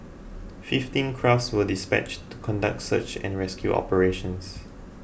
fifteen crafts were dispatched to conduct search and rescue operations